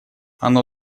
оно